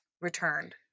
returned